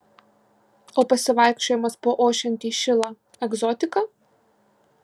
o pasivaikščiojimas po ošiantį šilą egzotika